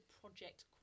project